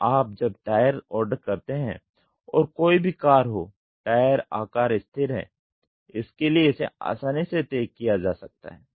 तो आप जब टायर ऑर्डर करते हैं और कोई भी कार हो टायर आकार स्थिर है इसलिए इसे आसानी से तय किया जा सकता है